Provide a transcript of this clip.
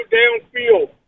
downfield